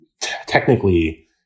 technically